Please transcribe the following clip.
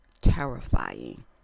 terrifying